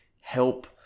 help